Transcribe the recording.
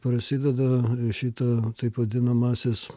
prasideda šita taip vadinamasis